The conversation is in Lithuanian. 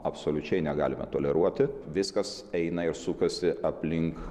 absoliučiai negalime toleruoti viskas eina ir sukasi aplink